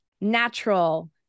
natural